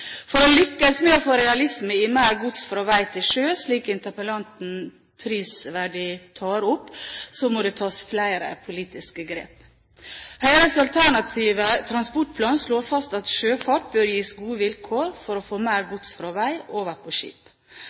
For å lykkes med å få realisme i mer gods fra vei til sjø, slik interpellanten prisverdig tar opp, må det tas flere politiske grep. Høyres alternative transportplan slår fast at sjøfart «bør gis gode vilkår for å få mer gods fra vei over på skip.»